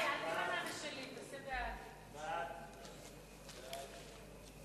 ההצעה להעביר את הצעת חוק העונשין (תיקון,